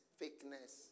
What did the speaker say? fakeness